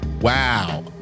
Wow